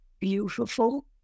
beautiful